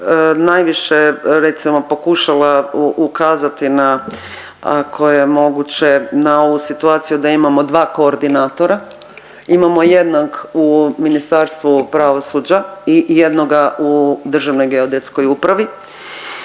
najviše recimo pokušala ukazati na ako je moguće na ovu situaciju da imamo 2 koordinatora. Imamo jednog u Ministarstvu pravosuđa i jednoga u Državnog geodetskoj upravi